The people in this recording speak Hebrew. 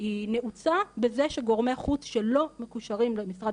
היא נעוצה בזה שגורמי חוץ שלא מקושרים למשרד